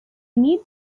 need